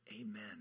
amen